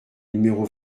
numéro